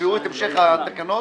תקראו את המשך התקנות,